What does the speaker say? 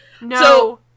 no